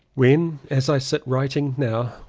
when as i sit writing now,